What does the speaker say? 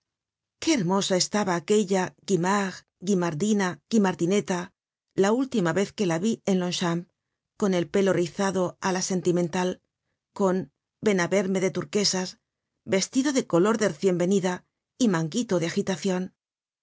qué hermosa estaba aquella guimard guimardina guimardineta la última vez que la vi en longchamps con el pelo rizado á la sentimental con ven á verme de turquesas vestido de color de recien venida y manguito de